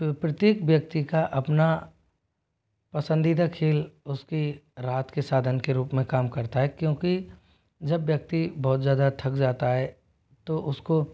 प्रत्येक व्यक्ति का अपना पसंदीदा खेल उसकी राहत के साधन के रूप में काम करता है क्योंकि जब व्यक्ति बहुत ज़्यादा थक जाता है तो उसको